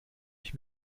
ich